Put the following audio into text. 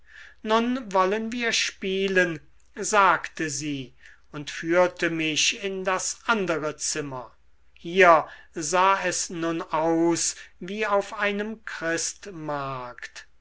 nun wollen wir spielen sagte sie und führte mich in das andere zimmer hier sah es nun aus wie auf einem christmarkt